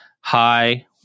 hi